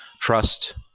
trust